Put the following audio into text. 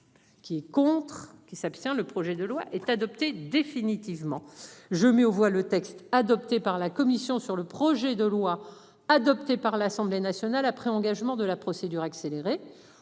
Qui est contre qui s'abstient. Le projet de loi est adopté définitivement, je mets aux voix le texte. Adopté par la commission sur le projet de loi adopté par l'Assemblée nationale après engagement de la procédure accélérée,